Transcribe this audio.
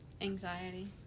anxiety